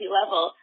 level